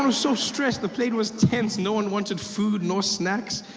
ah so stressed. the plane was tense. no one wanted food nor snacks.